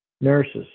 Nurses